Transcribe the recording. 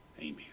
Amen